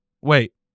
wait